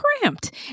cramped